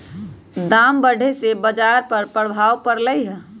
दाम बढ़े से बाजार पर प्रभाव परलई ह